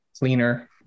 cleaner